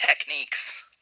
techniques